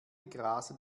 grasen